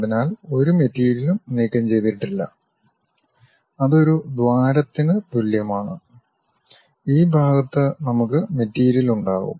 അതിനാൽ ഒരു മെറ്റീരിയലും നീക്കംചെയ്തിട്ടില്ല അത് ഒരു ദ്വാരത്തിന് തുല്യമാണ് ഈ ഭാഗത്ത് നമുക്ക് മെറ്റീരിയൽ ഉണ്ടാകും